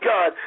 God